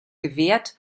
gewährt